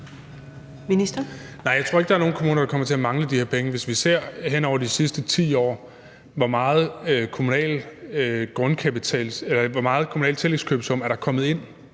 Jeg tror ikke, at der er nogen kommuner, der kommer til at mangle de her penge. Hvis vi hen over de sidste 10 år ser på, hvor stor en kommunal tillægskøbesum der er kommet ind